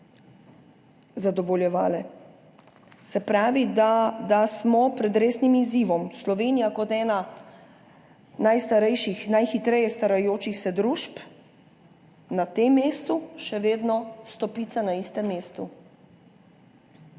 zadovoljevale. Se pravi, da smo pred resnim izzivom. Slovenija kot ena najstarejših, najhitreje starajočih se družb na tem mestu še vedno stopica na istem mestu.